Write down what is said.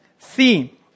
theme